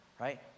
right